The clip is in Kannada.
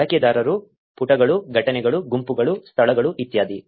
ಬಳಕೆದಾರರು ಪುಟಗಳು ಘಟನೆಗಳು ಗುಂಪುಗಳು ಸ್ಥಳಗಳು ಇತ್ಯಾದಿ